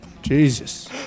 Jesus